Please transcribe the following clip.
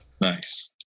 nice